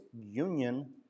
Union